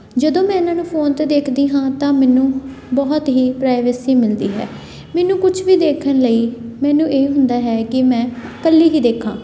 ਜਦੋਂ ਮੈਂ ਇਹਨਾਂ ਨੂੰ ਫੋਨ 'ਤੇ ਦੇਖਦੀ ਹਾਂ ਤਾਂ ਮੈਨੂੰ ਬਹੁਤ ਹੀ ਪ੍ਰਾਈਵੇਸੀ ਮਿਲਦੀ ਹੈ ਮੈਨੂੰ ਕੁਛ ਵੀ ਦੇਖਣ ਲਈ ਮੈਨੂੰ ਇਹ ਹੁੰਦਾ ਹੈ ਕਿ ਮੈਂ ਇਕੱਲੀ ਹੀ ਦੇਖਾ